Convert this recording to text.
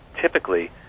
Typically